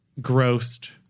grossed